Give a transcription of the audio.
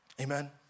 Amen